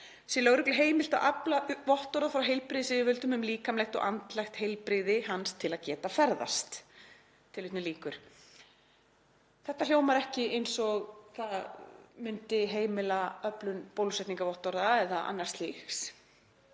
„… er lögreglu heimilt að afla vottorða frá heilbrigðisyfirvöldum um líkamlegt og andlegt heilbrigði hans til að geta ferðast.“ Þetta hljómar ekki eins og það myndi heimila öflun bólusetningarvottorða eða annars slíks